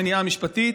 "מניעה משפטית",